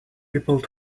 people